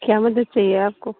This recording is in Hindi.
क्या मदद चाहिए आपको